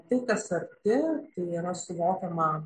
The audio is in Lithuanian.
tai kas arti tai yra suvokiama